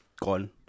gone